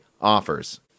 Offers